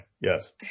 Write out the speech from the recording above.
Yes